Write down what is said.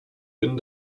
bin